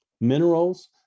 minerals